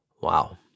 Wow